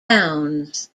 bounds